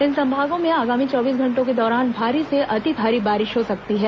इन संभागों में आगामी चौबीस घंटों के दौरान भारी से अति भारी बारिश हो सकती है